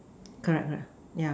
correct correct yeah